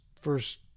first